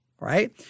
right